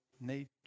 nature